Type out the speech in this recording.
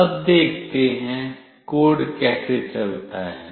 अब देखते हैं कोड कैसे चलता है